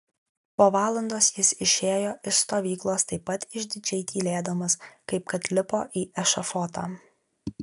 po valandos jis išėjo iš stovyklos taip pat išdidžiai tylėdamas kaip kad lipo į ešafotą